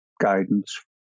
guidance